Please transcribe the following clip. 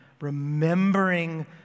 remembering